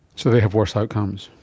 so they have worse outcomes?